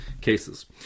cases